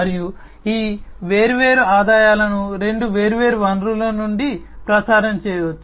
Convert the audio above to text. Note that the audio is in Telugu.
మరియు ఈ వేర్వేరు ఆదాయాలను రెండు వేర్వేరు వనరుల నుండి ప్రసారం చేయవచ్చు